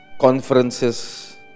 conferences